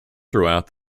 throughout